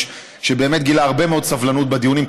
שבאמת גילה הרבה מאוד סבלנות בדיונים,